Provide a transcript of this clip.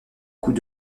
coups